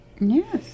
Yes